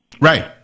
right